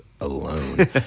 alone